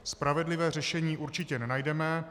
Spravedlivé řešení určitě nenajdeme.